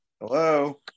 hello